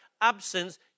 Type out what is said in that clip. absence